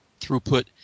throughput